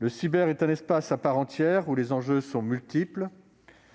Le cyberespace est un espace à part entière, où les enjeux sont multiples